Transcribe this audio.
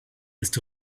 ist